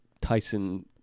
Tyson